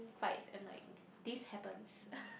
fights and like this happens